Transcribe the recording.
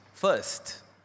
First